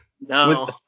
No